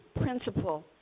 principle